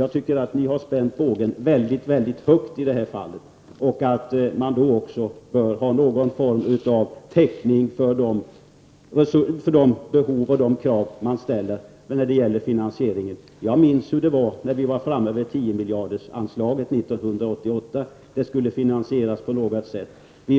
Jag tycker ni har spänt bågen mycket högt i detta fall. Då bör ni också ha någon form av täckning ur finansiell synpunkt för de krav ni ställer. Jag minns hur det var när vi var framme vid 10-miljardersanslaget 1988. Mitt parti